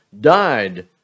died